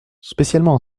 spécialement